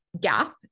gap